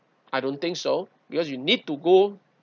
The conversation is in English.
I don't think so because you need to go